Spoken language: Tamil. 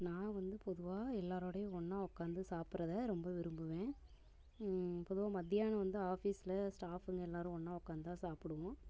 நான் வந்து பொதுவாக எல்லாரோடையும் ஒன்றா உட்காந்து சாப்பிடுறத ரொம்ப விரும்புவேன் பொதுவாக மத்தியானம் வந்து ஆஃபீஸில் ஸ்டாஃப்புங்க எல்லோரும் ஒன்றா உட்காந்துதான் சாப்பிடுவோம்